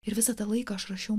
ir visą tą laiką aš rašiau